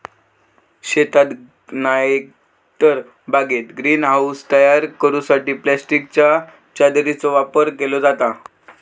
शेतात नायतर बागेत ग्रीन हाऊस तयार करूसाठी प्लास्टिकच्या चादरीचो वापर केलो जाता